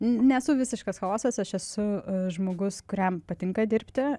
nesu visiškas chaosas aš esu žmogus kuriam patinka dirbti